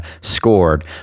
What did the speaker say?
scored